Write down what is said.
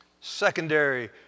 Secondary